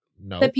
No